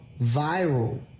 viral